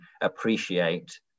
appreciate